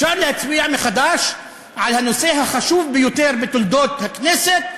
אפשר להצביע מחדש על הנושא החשוב ביותר בתולדות הכנסת: